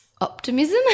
optimism